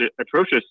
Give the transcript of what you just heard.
atrocious